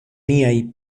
niaj